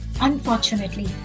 Unfortunately